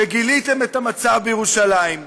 שגיליתם את המצב בירושלים.